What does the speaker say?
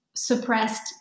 suppressed